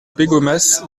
pégomas